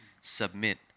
submit